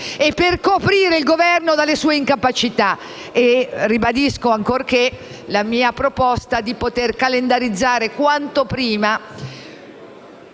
e per coprire il Governo e le sue incapacità. Ribadisco ancorché la mia proposta di poter calendarizzare quanto prima